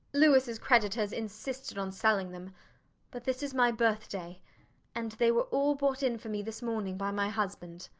louis' creditors insisted on selling them but this is my birthday and they were all bought in for me this morning by my husband.